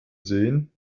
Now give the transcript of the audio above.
sehen